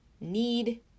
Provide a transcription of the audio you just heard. need